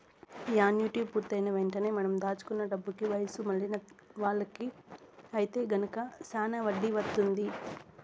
annuity పూర్తయిన వెంటనే మనం దాచుకున్న డబ్బుకి వయసు మళ్ళిన వాళ్ళకి ఐతే గనక శానా వడ్డీ వత్తుంది